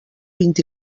vint